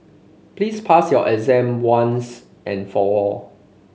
please pass your exam once and for all